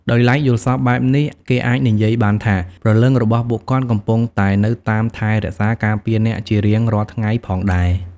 ដោយឡែក យល់សប្តិបែបនេះ គេអាចនិយាយបានថា ព្រលឹងរបស់ពួកគាត់ កំពុងតែនៅតាមថែរក្សា ការពារអ្នកជារៀងរាល់ថ្ងៃផងដែរ ។